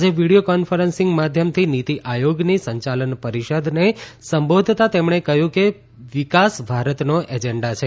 આજે video conferencing માધ્યમથી નીતી આયોગની સંચાલન પરીષદને સંબોધતા તેમણે કહ્યું કે વિકાસ ભારતનો એજન્ડા છે